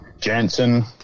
Jansen